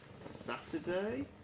Saturday